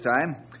time